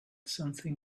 something